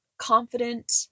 confident